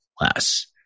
less